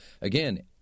Again